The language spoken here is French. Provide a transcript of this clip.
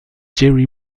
jerry